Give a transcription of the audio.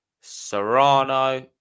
Serrano